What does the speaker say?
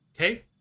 Okay